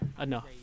enough